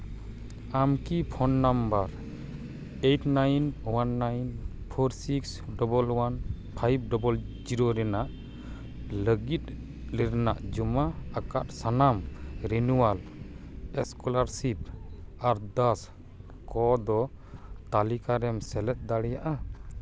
ᱟᱢ ᱠᱤ phone number eight nine one nine four six double one five double zero ᱨᱮᱱᱟᱜ ᱞᱟᱹᱜᱤᱫ ᱨᱮᱱᱟᱜ ᱡᱚᱢᱟ ᱟᱠᱟᱫ ᱥᱟᱱᱟᱢ ᱨᱮᱱᱩᱣᱟᱞ ᱮᱥᱠᱚᱞᱟᱨᱥᱤᱯ ᱟᱨᱫᱟᱥ ᱠᱚᱫᱚ ᱛᱟᱹᱞᱤᱠᱟ ᱨᱮᱢ ᱥᱮᱞᱮᱫ ᱫᱟᱲᱮᱭᱟᱜᱼᱟ